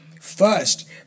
first